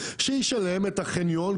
שישלם את החניון,